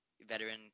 veteran